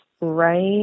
right